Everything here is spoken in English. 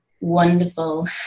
wonderful